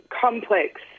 complex